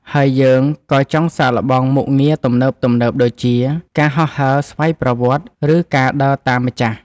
ហើយយើង ក៏ចង់សាកល្បងមុខងារទំនើបៗដូចជា ការហោះហើរស្វ័យប្រវត្តិ ឬការដើរតាមម្ចាស់។